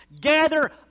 gather